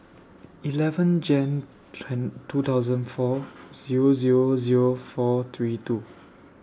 eleven Jan two thousand four Zero Zero Zero four three two